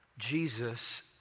Jesus